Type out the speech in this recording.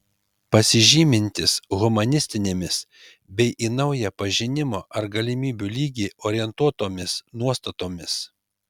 pasižymintis humanistinėmis bei į naują pažinimo ar galimybių lygį orientuotomis nuostatomis